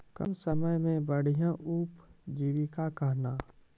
कम समय मे बढ़िया उपजीविका कहना?